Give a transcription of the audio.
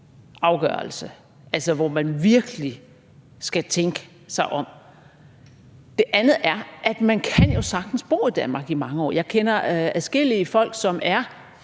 afgørelse, altså hvor man virkelig skal tænke sig om. Noget andet er, at man jo sagtens kan bo i Danmark i mange år. Jeg kender adskillige folk, som er,